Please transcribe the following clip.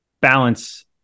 balance